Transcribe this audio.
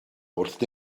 wrth